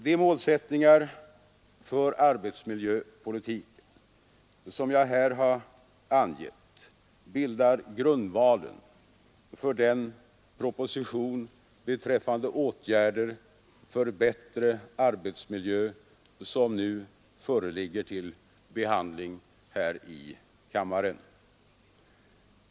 De målsättningar för arbetsmiljöpolitiken som jag här har angett bildar grundvalen för den proposition beträffande åtgärder för bättre arbetsmiljö som nu föreligger till behandling i kammaren.